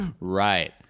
Right